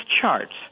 charts